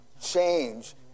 change